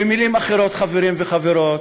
במילים אחרות, חברים וחברות: